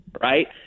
right